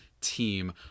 team